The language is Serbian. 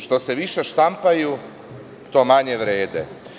Što se više štampaju, to manje vrede.